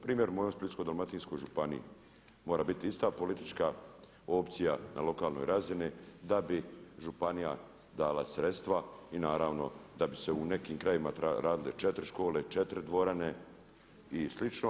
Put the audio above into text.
Primjer u mojoj Splitsko-dalmatinskoj županiji mora biti ista politička opcija na lokalnoj razini da bi županija dala sredstva i naravno da bi se u nekim krajevima radile četiri škole, četiri dvorane i slično.